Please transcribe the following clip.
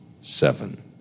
seven